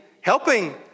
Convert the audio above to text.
helping